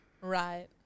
Right